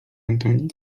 antoni